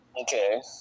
Okay